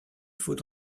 faut